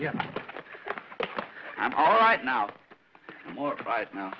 yes i'm all right now right now